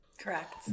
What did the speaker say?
Correct